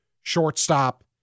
shortstop